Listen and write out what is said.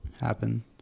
happen